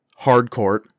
Hardcourt